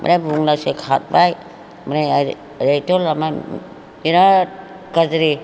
बे बुंब्लासो खारबाय माने आरो ओरैथ' लामाया बिराद गाज्रि